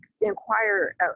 inquire